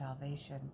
salvation